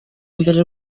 mbere